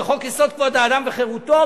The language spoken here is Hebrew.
בחוק-יסוד: כבוד האדם וחירותו?